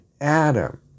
Adam